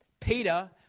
Peter